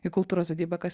į kultūros vadybą kas